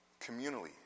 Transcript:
communally